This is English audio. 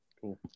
Cool